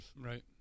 Right